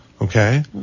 Okay